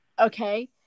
Okay